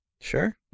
Sure